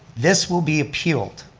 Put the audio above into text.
this will be appealed,